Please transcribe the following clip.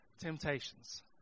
temptations